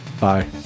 Bye